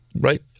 right